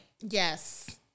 Yes